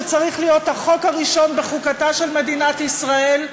שצריך להיות החוק הראשון בחוקתה של מדינת ישראל,